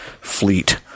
fleet